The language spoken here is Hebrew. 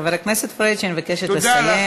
חבר הכנסת פריג', אני מבקשת לסיים.